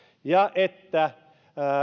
ja että